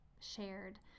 shared